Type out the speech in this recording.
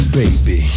baby